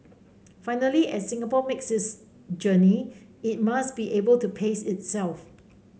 finally as Singapore makes this journey it must be able to pace itself